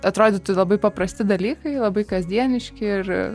atrodytų labai paprasti dalykai labai kasdieniški ir